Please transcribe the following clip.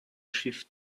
shift